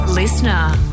Listener